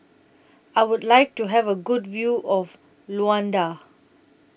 I Would like to Have A Good View of Luanda